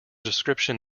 description